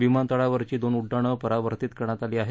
विमानतळावरची दोन उड्डाण परावर्तित करण्यात आली आहेत